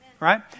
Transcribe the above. Right